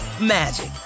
magic